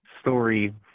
story